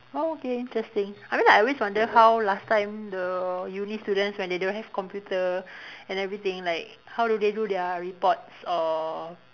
orh okay interesting I mean like I always wonder how last time the uni students when they don't have computer and everything like how do they do their reports or